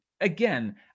again